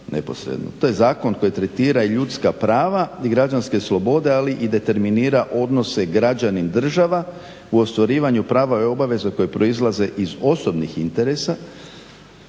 To je zakon koji tretira i ljudska prava i građanske slobode, ali i determinira odnose građanin-država u ostvarivanju prava i obaveza koje proizlaze iz osobnih interesa